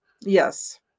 Yes